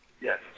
Yes